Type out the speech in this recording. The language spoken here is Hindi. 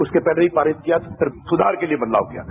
उसके पहले भी पारित किया था फिर सुधार के लिए बदलाव किया था